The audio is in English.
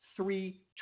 Three